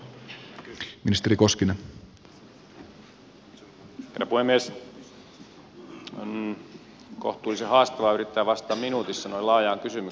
on kohtuullisen haastavaa yrittää vastata minuutissa noin laajaan kysymykseen